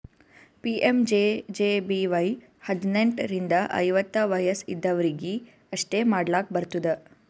PMJJBY ಹದ್ನೆಂಟ್ ರಿಂದ ಐವತ್ತ ವಯಸ್ ಇದ್ದವ್ರಿಗಿ ಅಷ್ಟೇ ಮಾಡ್ಲಾಕ್ ಬರ್ತುದ